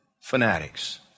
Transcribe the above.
fanatics